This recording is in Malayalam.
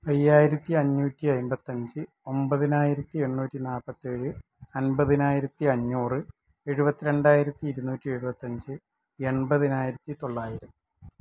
അയ്യായിരത്തി അഞ്ഞൂറ്റി അമ്പത്തിയഞ്ച് ഒമ്പതിനായിരത്തി എണ്ണൂറ്റി നാൽപ്പത്തി ഏഴ് അമ്പതിനായിരത്തി അഞ്ഞൂറ് എഴുപത്തിരണ്ടായിരത്തി ഇരുനൂറ്റി എഴുപത്തിയഞ്ച് എൺപതിനായിരത്തി തൊള്ളായിരം